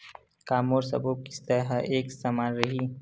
का मोर सबो किस्त ह एक समान रहि?